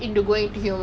oh ya